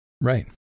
Right